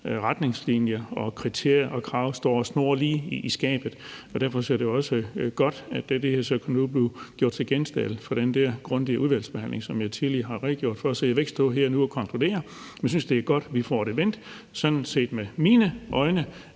retningslinjerne, kriterierne og kravene står snorlige . Derfor er det jo også godt, at det her nu kan blive gjort til genstand for den der grundige udvalgsbehandling, som jeg tidligere har redegjort for. Så jeg vil ikke stå og konkludere her og nu. Jeg synes, det er godt, at vi får det vendt, sådan at vi kan ende